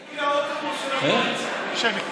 שמית.